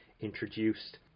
introduced